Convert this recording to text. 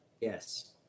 Yes